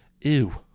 Ew